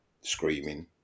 screaming